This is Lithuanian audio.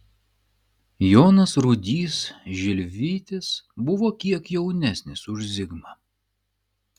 jonas rudys žilvytis buvo kiek jaunesnis už zigmą